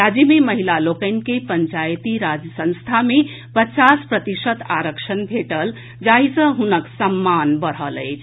राज्य मे महिला लोकनि के पंचायती राज संस्था मे पचास प्रतिशत आरक्षण भेटल जाहि सँ हुनक सम्मान बढ़ल अछि